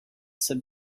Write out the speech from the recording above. said